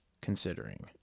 considering